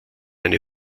eine